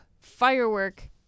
Firework